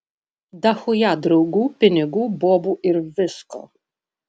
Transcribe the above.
dachuja draugų pinigų bobų ir visko